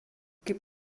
kaip